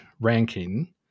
ranking